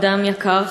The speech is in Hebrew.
אדם יקר,